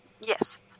Yes